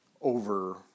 over